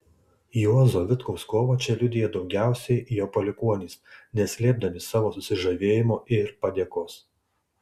juozo vitkaus kovą čia liudija daugiausiai jo palikuonys neslėpdami savo susižavėjimo ir padėkos